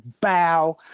bow